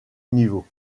niveau